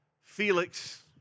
Felix